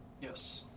Yes